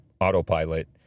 autopilot